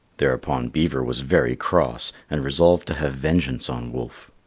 thereupon beaver was very cross and resolved to have vengeance on wolf.